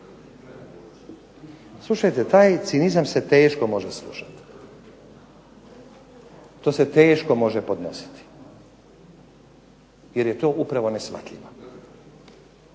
Slušajte, taj cinizam se teško može slušati, to se teško može podnositi jer je to upravo neshvatljivo.